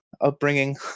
upbringing